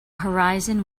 horizon